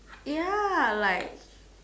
ya like